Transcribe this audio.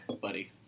Buddy